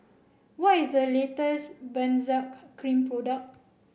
what is the latest Benzac cream product